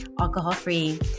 alcohol-free